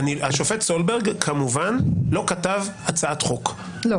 השופט סולברג כמובן לא כתב הצעת חוק,